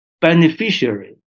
beneficiary